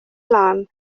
lân